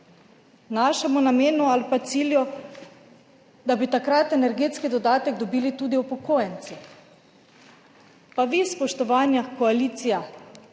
našemu namenu ali pa cilju, da bi takrat energetski dodatek dobili tudi upokojenci. Pa vi, spoštovana koalicija,